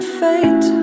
fate